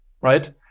Right